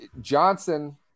Johnson